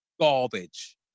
Garbage